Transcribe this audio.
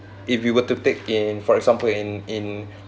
if you were to take in for example in in